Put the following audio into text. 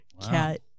cat